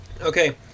Okay